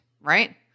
right